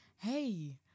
hey